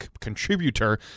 contributor